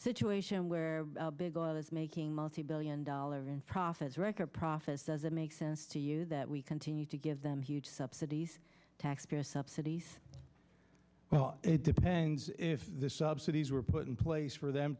situation where big oil is making multibillion dollar profits record profits does it make sense to you that we continue to give them huge subsidies taxpayer subsidies well it depends if subsidies were put in place for them